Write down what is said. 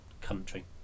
country